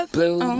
Blue